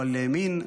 לא לימין,